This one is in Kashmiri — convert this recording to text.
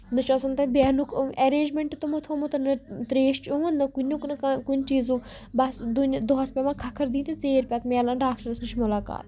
نہ چھُ آسان تَتہِ بیٚہنُک ایٚرینجمینٹ تِمو تھومُت نہ ترٛیشہِ ہُند نہ کُنیُک نہ کُنہِ چیٖزُک بَس دۄہَس پیٚوان کھکھٕر دِنۍ تہٕ ژیٖر پَتہٕ مِلان ڈاکٹرَس نِش مُلاقات